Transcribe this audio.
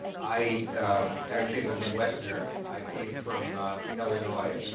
i actually am a midwesterner. i came from illinois